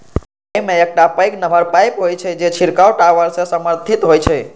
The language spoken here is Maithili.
अय मे एकटा पैघ नमहर पाइप होइ छै, जे छिड़काव टावर सं समर्थित होइ छै